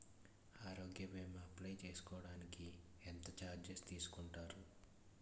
ఆరోగ్య భీమా అప్లయ్ చేసుకోడానికి ఎంత చార్జెస్ తీసుకుంటారు?